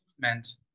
movement